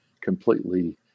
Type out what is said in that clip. completely